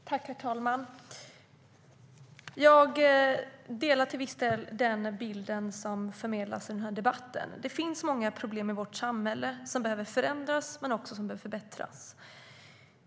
Herr talman! Jag delar till viss del den bild som förmedlas i debatten. Det finns många problem i vårt samhälle som behöver förändras men också som behöver förbättras.